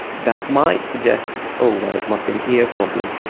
that might suggest, oh well, it must be an ear problem.